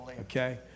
okay